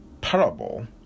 parable